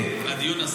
היה דיון.